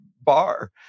bar